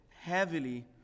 heavily